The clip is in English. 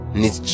need